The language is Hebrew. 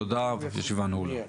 תודה, הישיבה נעולה.